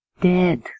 Dead